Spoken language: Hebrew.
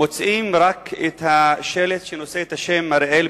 מוצאים רק שלט שנושא את השם "אריאל".